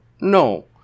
no